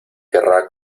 querrá